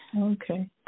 Okay